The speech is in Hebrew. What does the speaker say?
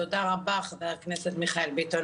תודה רבה חבר הכנסת מיכאל ביטון,